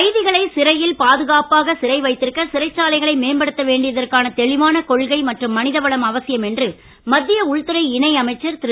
கைதிகளை சிறையில் பாதுகாப்பாக சிறை வைத்திருக்க சிறைச்சாலைகளை மேம்படுத்த வேண்டியதற்கான தெளிவான கொள்கை மற்றும் மனிதவளம் அவசியம் என்று மத்திய உள்துறை இணை அமைச்சர் திரு